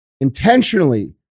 Intentionally